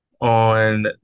on